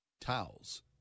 Towels